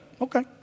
okay